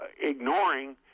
ignoring